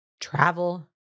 travel